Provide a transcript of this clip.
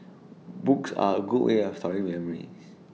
books are A good way of storing memories